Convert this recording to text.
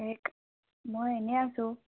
মই এনে আছোঁ